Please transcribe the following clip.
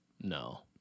No